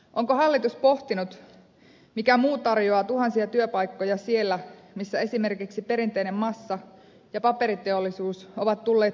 onko hallitus pohtinut mikä muu tarjoaa tuhansia työpaikkoja siellä missä esimerkiksi perinteinen massa ja paperiteollisuus ovat tulleet tiensä päähän